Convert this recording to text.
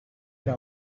era